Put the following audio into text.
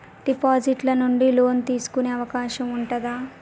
Deposit ల నుండి loan తీసుకునే అవకాశం ఉంటదా?